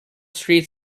street